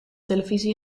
televisie